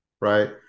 right